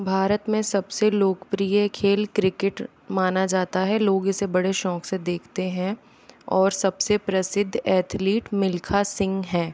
भारत मैं सबसे लोकप्रिय खेल क्रिकेट माना जाता है लोग इसे बड़े शौक से देखते हैं और सबसे प्रसिद्ध एथलीट मिल्खा सिंह हैं